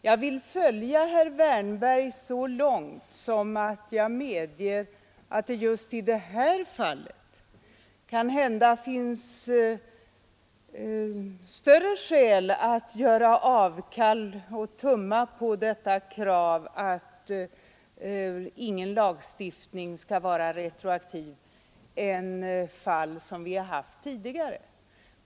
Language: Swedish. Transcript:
Jag vill följa herr Wärnberg så långt att jag medger att det just i det här fallet kanhända finns större skäl att tumma på kravet att ingen lagstiftning skall vara retroaktiv än i fall som vi har haft tidigare.